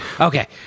Okay